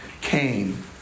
came